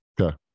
Okay